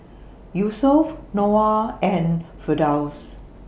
Yusuf Noah and Firdaus